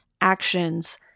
actions